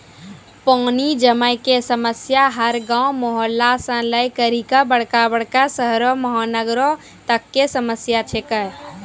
पानी जमै कॅ समस्या हर गांव, मुहल्ला सॅ लै करिकॅ बड़का बड़का शहरो महानगरों तक कॅ समस्या छै के